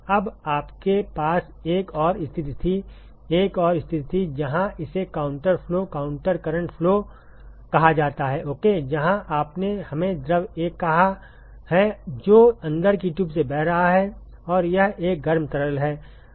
अब आपके पास एक और स्थिति थी एक और स्थिति थी जहां इसे counter flow counter current flow कहा जाता है ओके जहां आपने हमें द्रव 1 कहा है जो अंदर की ट्यूब से बह रहा है और यह एक गर्म तरल है